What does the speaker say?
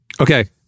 Okay